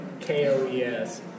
K-O-E-S